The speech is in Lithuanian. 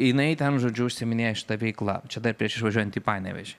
jinai ten žodžiu užsiiminėja šita veikla čia dar prieš išvažiuojant į panevėžį